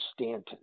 Stanton